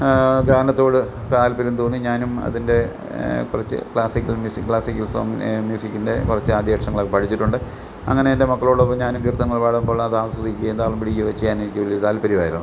ഗാനത്തോട് താല്പര്യം തോന്നി ഞാനും അതിൻ്റെ കുറച്ച് ക്ലാസ്സിക്കൽ മ്യൂസിക് ക്ലാസിക്കൽ സോങ്ങ് മ്യൂസിക്കിൻ്റെ കുറച്ച് ആദ്യാക്ഷരങ്ങളൊക്കെ പഠിച്ചിട്ടുണ്ട് അങ്ങനെ എൻ്റെ മക്കളോടൊപ്പം ഞാനും കീർത്തനങ്ങൾ പാടുമ്പോൾ അതാസ്വദിക്കുകയും താളം പിടിക്കുകയും ഒക്കെ ചെയ്യാനായിട്ട് വല്യ താല്പര്യമായിരുന്നു